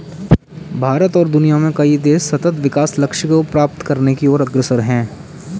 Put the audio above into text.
भारत और दुनिया में कई देश सतत् विकास लक्ष्य को प्राप्त करने की ओर अग्रसर है